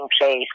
place